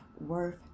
worth